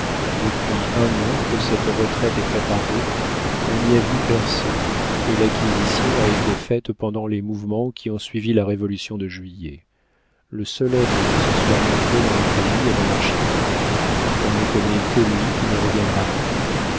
depuis un an que cette retraite est préparée on n'y a vu personne et l'acquisition a été faite pendant les mouvements qui ont suivi la révolution de juillet le seul être qui se soit montré dans le pays est mon architecte on ne connaît que lui qui ne reviendra plus